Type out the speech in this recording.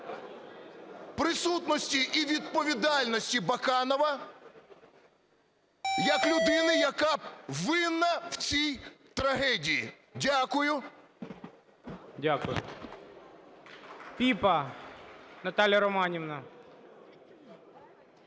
присутності і відповідальності Баканова як людини, яка винна в цій трагедії. Дякую. ГОЛОВУЮЧИЙ. Дякую. Піпа Наталія Романівна.